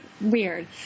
weird